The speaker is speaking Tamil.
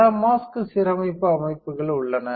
பல மாஸ்க் சீரமைப்பு அமைப்புகள் உள்ளன